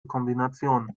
kombination